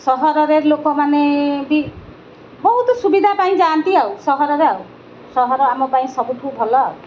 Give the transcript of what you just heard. ସହରରେ ଲୋକମାନେ ବି ବହୁତ ସୁବିଧା ପାଇଁ ଯାଆନ୍ତି ଆଉ ସହରରେ ଆଉ ସହର ଆମ ପାଇଁ ସବୁଠୁ ଭଲ ଆଉ